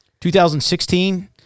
2016